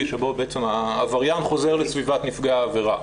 שבו העבריין חוזר לסביבת נפגעי העבירה